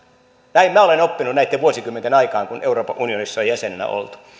näin minä olen oppinut näitten vuosikymmenten aikaan kun euroopan unionissa on jäsenenä oltu